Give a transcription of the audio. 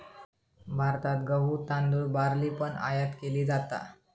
भारतात गहु, तांदुळ, बार्ली पण आयात केली जाता